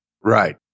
Right